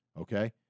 okay